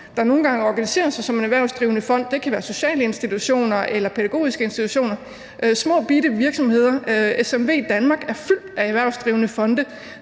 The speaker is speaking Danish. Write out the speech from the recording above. der nogle gange organiserer sig som en erhvervsdrivende fond. Det kan være sociale institutioner eller pædagogiske institutioner – bittesmå virksomheder. SMVdanmark er fyldt med erhvervsdrivende fonde,